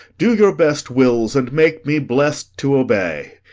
do your best wills, and make me blest to obey.